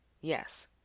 yes